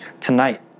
tonight